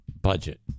Budget